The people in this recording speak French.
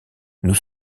nous